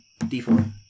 D4